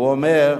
הוא אמר,